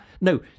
No